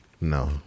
No